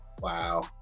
Wow